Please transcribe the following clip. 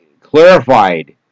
clarified